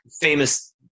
famous